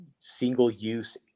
single-use